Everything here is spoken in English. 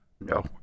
No